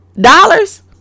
dollars